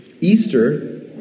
Easter